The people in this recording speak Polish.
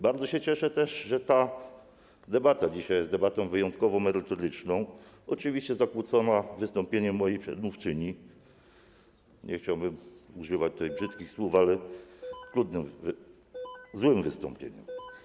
Bardzo się cieszę też, że ta debata dzisiaj jest debatą wyjątkowo merytoryczną, oczywiście zakłóconą wystąpieniem mojej przedmówczyni, nie chciałbym używać tutaj brzydkich słów, ale... złym wystąpieniem.